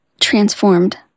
transformed